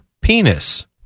Penis